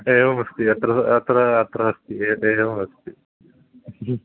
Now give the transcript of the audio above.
एवमस्ति अत्र अत्र अत्र अस्ति ए एवम् अस्ति ह्म्